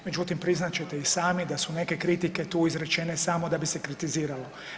Međutim, priznat ćete i sami da su neke kritike tu izrečene samo da bi se kritiziralo.